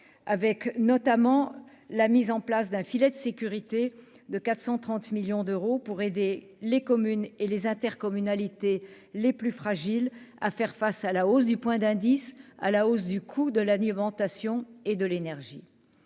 avec notamment la mise en place d'un filet de sécurité de 430 millions d'euros pour aider les communes et les intercommunalités les plus fragiles à faire face à la hausse du point d'indice à la hausse du coût de l'alimentation et de l'énergie,